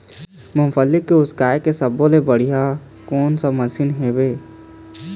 मूंगफली के उसकाय के सब्बो ले बढ़िया कोन सा मशीन हेवय?